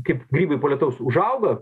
kaip grybai po lietaus užauga